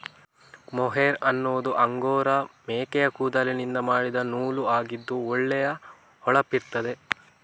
mohair ಅನ್ನುದು Angora ಮೇಕೆಯ ಕೂದಲಿನಿಂದ ಮಾಡಿದ ನೂಲು ಆಗಿದ್ದು ಒಳ್ಳೆ ಹೊಳಪಿರ್ತದೆ